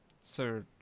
Sir